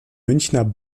münchner